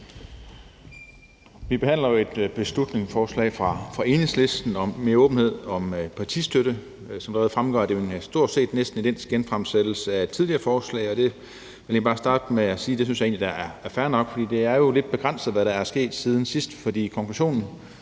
Vi behandler jo et beslutningsforslag fra Enhedslisten om mere åbenhed om partistøtte. Som det fremgår, er det jo en genfremsættelse af og stort set næsten identisk med et tidligere forslag, og det vil jeg bare starte med at sige at jeg da egentlig synes er fair nok, for det er jo lidt begrænset, hvad der er sket siden sidst. For konklusionen,